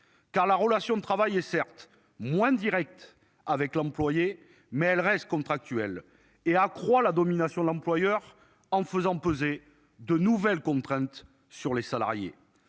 Car la relation de travail est certes moins directe avec l'employé mais elle reste. Contractuel et accroît la domination, l'employeur en faisant peser de nouvelles contraintes sur les salariés